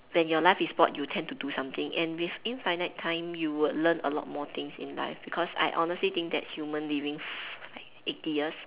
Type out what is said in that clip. when your life is bored you tend to do something and with infinite time you will learn a lot more things in life because I honestly think that humans living fif~ eighty years